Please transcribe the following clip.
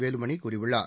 வேலுமணி கூறியுள்ளார்